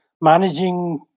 managing